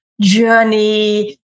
journey